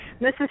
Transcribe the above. Mrs